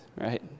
right